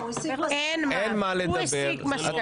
אין מה לדבר,